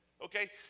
Okay